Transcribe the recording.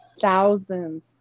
thousands